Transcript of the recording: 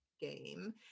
game